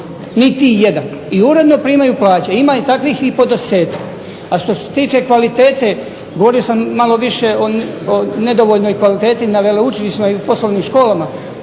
Niti jedan i uredno primaju plaće. Ima i takvih i po desetak. A što se tiče kvalitete, govorio sam malo više o nedovoljnoj kvaliteti na veleučilišnoj i poslovnim školama.